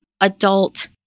adult